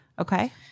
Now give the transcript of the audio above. Okay